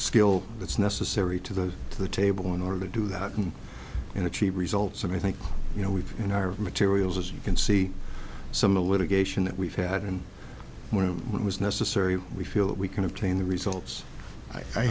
skill that's necessary to the to the table in order to do that and achieve results and i think you know we've in our materials as you can see some of the litigation that we've had and more of what was necessary we feel that we can obtain the results i